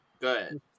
good